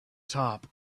top